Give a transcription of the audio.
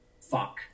fuck